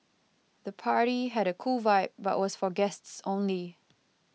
the party had a cool vibe but was for guests only